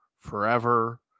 forever